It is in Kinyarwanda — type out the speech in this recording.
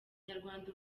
nyarwanda